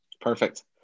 Perfect